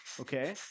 okay